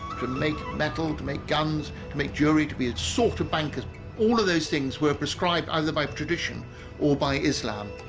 to make metal to make guns to make jewellery, to be a sort of banker all of those things were prescribed either by tradition or by islam.